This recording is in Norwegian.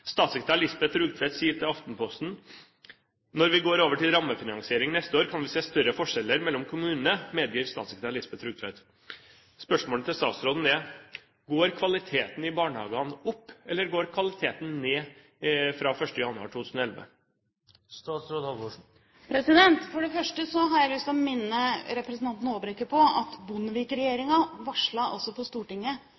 Statssekretær Lisbeth Rugtvedt sier til Aftenposten: «Når vi går over til rammefinansiering neste år, kan vi se større forskjeller mellom kommunene.» Spørsmålet til statsråden er: Går kvaliteten i barnehagene opp, eller går kvaliteten ned fra 1. januar 2011? For det første har jeg lyst til å minne representanten Håbrekke på at